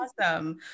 awesome